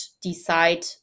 decide